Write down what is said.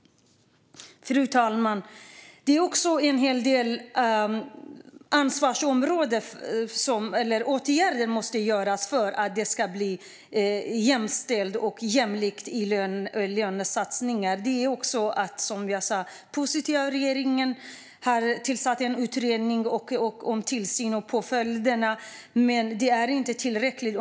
Fru talman! Flera åtgärder måste vidtas för att lönerna ska bli jämställda och jämlika. Det är positivt att regeringen har tillsatt en utredning om tillsyn och påföljder, men det är inte tillräckligt.